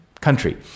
country